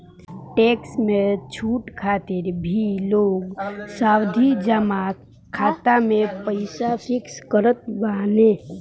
tax में छूट खातिर भी लोग सावधि जमा खाता में पईसा फिक्स करत बाने